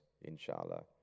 inshallah